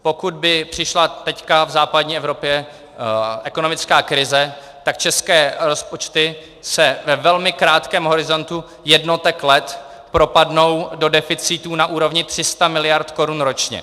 Pokud by přišla teď v západní Evropě ekonomická krize, tak české rozpočty se ve velmi krátkém horizontu jednotek let propadnou do deficitů na úrovni 300 miliard korun ročně.